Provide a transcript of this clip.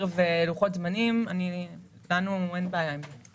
ולוחות זמנים לנו אין בעיה עם זה.